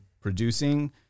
producing